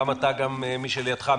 גם אתה וגם מי שלידך,